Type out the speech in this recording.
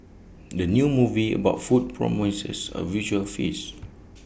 the new movie about food promises A visual feast